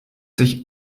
sich